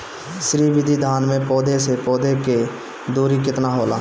श्री विधि धान में पौधे से पौधे के दुरी केतना होला?